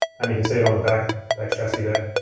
and you can see it on the back back chassis there.